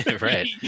Right